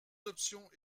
options